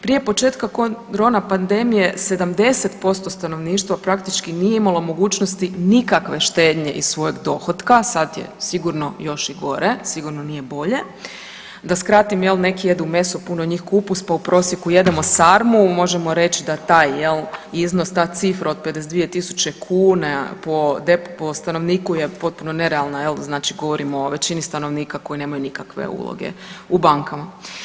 Prije početka korona pandemije 70% stanovništva praktički nije imalo mogućnosti nikakve štednje iz svojeg dohotka, sad je sigurno još i gore, sigurno nije bolje, da skratim jel, neki jedu meso, puno njih kupus, pa u prosjeku jedemo sarmu, možemo reći da taj jel iznos, ta cifra od 52.000 kuna po stanovniku je potpuno nerealna jel, znači govorimo o većini stanovnika koji nemaju nikakve uloge u bankama.